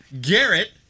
garrett